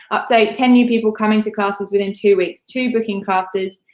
update, ten new people coming to classes within two weeks, two booking classes,